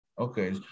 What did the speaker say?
okay